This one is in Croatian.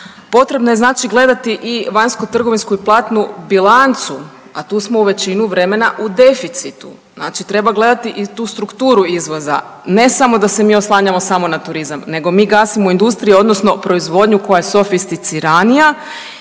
Potrebno je znači gledati i vanjskotrgovinsku i platnu bilancu, a tu smo većinu vremena u deficitu. Znači treba gledati i tu strukturu izvoza, ne samo da se mi oslanjamo samo na turizam nego mi gasimo industrije odnosno proizvodnju koja je sofisticiranija